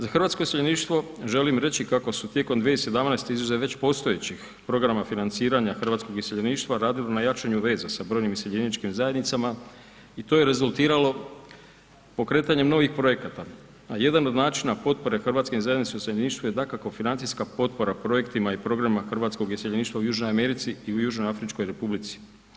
Za hrvatsko iseljeništvo želim reći kako su tijekom 2017. izuzev već postojećih programa financiranja hrvatskog iseljeništva, radilo na jačanju veza sa brojnim iseljeničkim zajednicama i to je rezultiralo pokretanjem novih projekata, a jedan od načina potpore hrvatskoj zajednici u iseljeništvu je dakako financijska potpora projektima i programima hrvatskog iseljeništva u Južnoj Americi i u Južnoafričkoj republici.